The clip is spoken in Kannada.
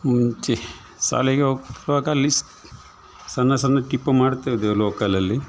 ಮುಂಚೆ ಶಾಲೆಗೆ ಹೋಗ್ತಿರುವಾಗ ಅಲ್ಲಿ ಸಣ್ಣ ಸಣ್ಣ ಟಿಪ್ಪು ಮಾಡುತ್ತ ಇದ್ದೆವು ಲೋಕಲಲ್ಲಿ